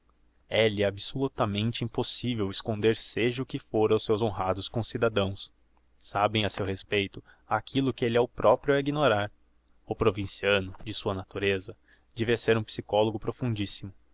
é-lhe absolutamente impossivel esconder seja o que fôr aos seus honrados concidadãos sabem a seu respeito aquillo que elle é o proprio a ignorar o provinciano de sua natureza devia de ser um psicologo